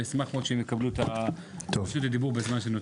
ואשמח מאוד שהם יקבלו את רשות הדיבור בזמן שנותר.